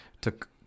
Took